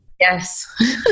Yes